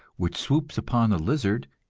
which swoops upon the lizard,